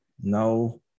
No